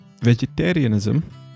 vegetarianism